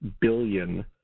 billion